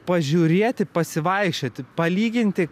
pažiūrėti pasivaikščioti palyginti